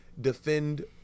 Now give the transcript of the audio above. defend